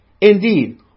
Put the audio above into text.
Indeed